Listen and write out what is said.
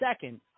second